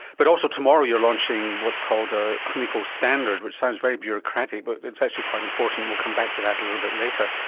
but also tomorrow you are launching what's called a clinical standard, which sounds very bureaucratic but it's actually quite important. we'll come back to that little bit later.